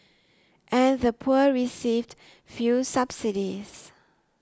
and the poor received few subsidies